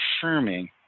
affirming